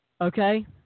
Okay